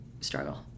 struggle